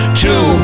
two